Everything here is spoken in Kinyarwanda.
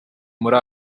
muri